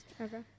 Okay